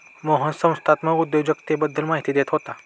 मोहन संस्थात्मक उद्योजकतेबद्दल माहिती देत होता